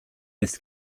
this